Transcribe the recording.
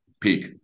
peak